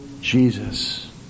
Jesus